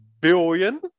billion